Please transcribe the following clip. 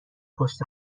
پشت